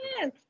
yes